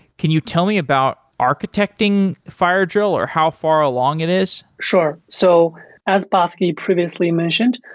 can you tell me about architecting fire drill, or how far along it is? sure. so as bhasky previously mentioned,